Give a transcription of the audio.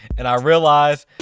and i realize,